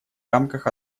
рамках